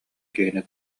киһини